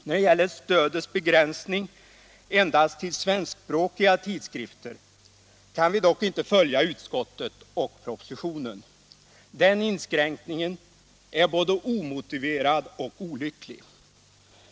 När det gäller stödets begränsning till endast svenskspråkiga tidskrifter kan vi dock inte följa utskottet och propositionen. Den inskränkningen är både omotiverad och olycklig.